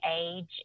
age